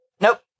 Nope